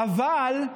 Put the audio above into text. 35